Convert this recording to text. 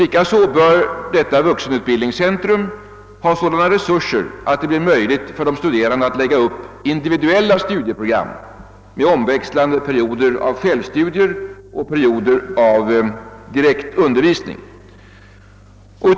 Likaså bör detta vuxenutbildningscentrum ha sådana resurser, att det blir möjligt för den studerande att lägga upp individuella studieprogram med omväxlande perioder av självstudier och perioder av direkt undervisning.